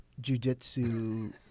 jujitsu